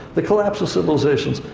the collapse of civilizations,